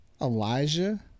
Elijah